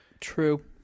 True